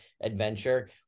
adventure